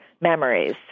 memories